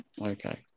Okay